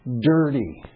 dirty